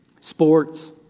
sports